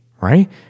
right